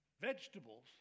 vegetables